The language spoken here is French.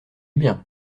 bien